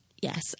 Yes